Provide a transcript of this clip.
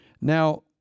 Now